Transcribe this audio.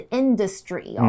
industry